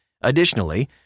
Additionally